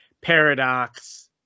Paradox